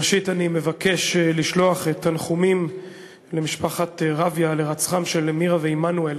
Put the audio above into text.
ראשית אני מבקש לשלוח תנחומים למשפחת ריוה על הירצחם של מירה ועמנואל,